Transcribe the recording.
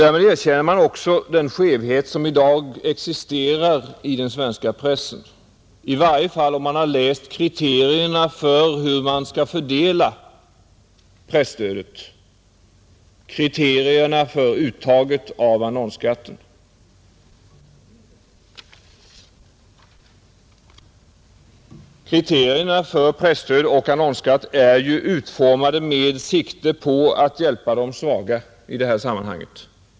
Därmed erkänner man nämligen den skevhet som i dag existerar i den svenska pressen, i varje fall om man har läst kriterierna för hur man skall fördela presstödet och kriterierna för uttaget av annonsskatten. Kriterierna för presstöd och annonsskatt är ju utformade med sikte på att hjälpa de svaga i detta sammanhang.